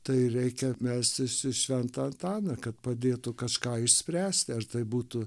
tai reikia melstis į šventą antaną kad padėtų kažką išspręsti ar tai būtų